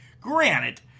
Granted